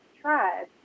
tried